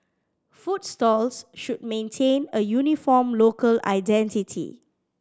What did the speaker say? food stalls should maintain a uniform local identity